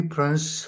Prince